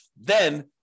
then-